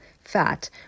fat